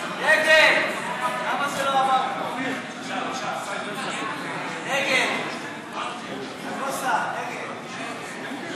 ההסתייגות של חברי הכנסת קארין אלהרר ואיתן ברושי לסעיף 1 לא